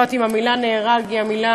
לא יודעת אם המילה "נהרג" זוהי המילה,